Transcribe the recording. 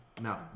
No